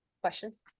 questions